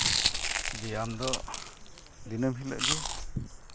ᱵᱮᱭᱟᱢ ᱫᱚ ᱫᱤᱱᱟᱹᱢ ᱦᱤᱞᱳᱜ ᱜᱮ